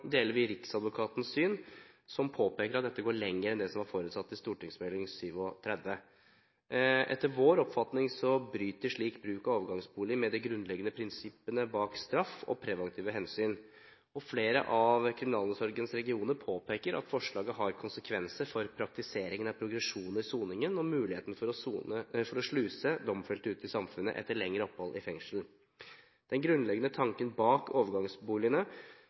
Riksadvokatens syn. Han påpeker at dette går lenger enn det som var forutsatt i St.meld. nr. 37 for 2007–2008. Etter vår oppfatning bryter en slik bruk av overgangsbolig med de grunnleggende prinsippene bak straff og de preventive hensyn. Flere av kriminalomsorgens regioner påpeker at forslaget har konsekvenser for praktiseringen av progresjon i soningen og muligheten for å sluse domfelte ut i samfunnet etter et lengre opphold i fengsel. Den grunnleggende tanken bak overgangsboligene